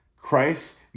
Christ